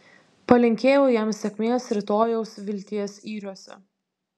palinkėjau jam sėkmės rytojaus vilties yriuose